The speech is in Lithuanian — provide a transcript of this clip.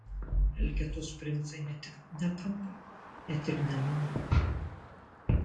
elgetos princai ne tik netampa net ir nenori